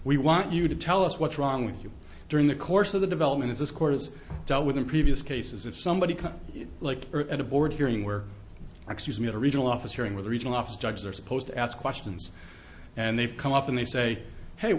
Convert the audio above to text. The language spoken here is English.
we want you to tell us what's wrong with you during the course of the development of this court has dealt with in previous cases of somebody like at a board hearing where excuse me at a regional office hearing with regional office judges are supposed to ask questions and they've come up and they say hey